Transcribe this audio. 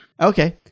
Okay